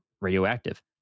radioactive